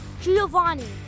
Giovanni